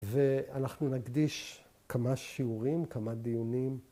‫ואנחנו נקדיש כמה שיעורים, ‫כמה דיונים.